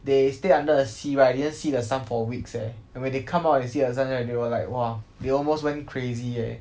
they stay under the sea right didn't see the sun for weeks eh and when they come out they see the sun right they will like !wah! they almost went crazy eh